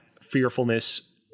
fearfulness